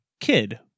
Kid